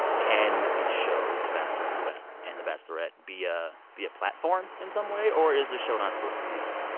can these shows, the bachelor and the but and the bachelorette, be ah be a platform in some way, or is the show not supposed to be that?